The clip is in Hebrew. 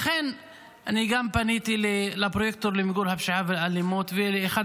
לכן פניתי גם לפרויקטור למיגור הפשיעה והאלימות וגם לאחד